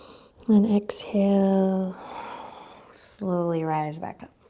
then exhale slowly rise back up.